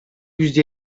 yüzde